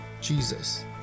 Jesus